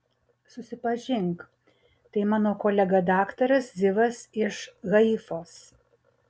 susipažink tai mano kolega daktaras zivas iš haifos